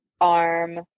arm